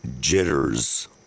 Jitters